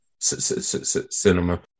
cinema